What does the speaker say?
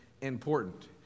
important